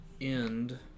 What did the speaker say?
end